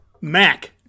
Mac